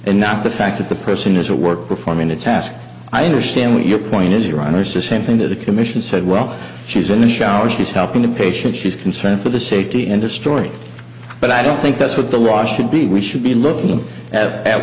and not the fact that the person is a work performing a task i understand what your point is your honor system thing that the commission said well she's in the shower she's helping the patient she's concerned for the safety and destroy but i don't think that's what the law should be we should be looking at